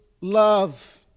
love